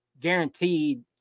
guaranteed